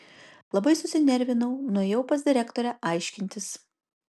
labai susinervinau nuėjau pas direktorę aiškintis